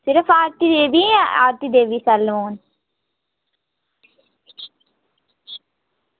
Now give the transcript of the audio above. छड़ा आरती देवी जां आरती देवी सैलून